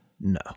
No